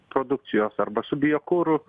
produkcijos arba su biokuru